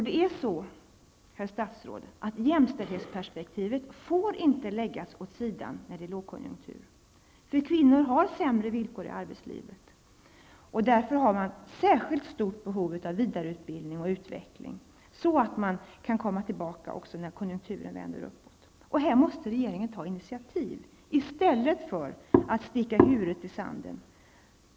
Det är så, herr statsråd, att jämställdhetsperspektivet inte får läggas åt sidan när det är lågkonjunktur. Kvinnor har sämre villkor i arbetslivet och har därför särskilt stort behov av vidareutbildning och utveckling för att kunna komma tillbaka när konjunkturen vänder uppåt. Här måste regeringen ta initiativ i stället för att sticka huvudet i sanden.